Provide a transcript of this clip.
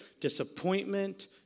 disappointment